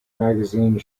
magazine